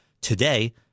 Today